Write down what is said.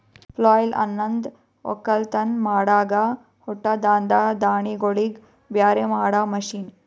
ಪ್ಲಾಯ್ಲ್ ಅನಂದ್ ಒಕ್ಕಲತನ್ ಮಾಡಾಗ ಹೊಟ್ಟದಾಂದ ದಾಣಿಗೋಳಿಗ್ ಬ್ಯಾರೆ ಮಾಡಾ ಮಷೀನ್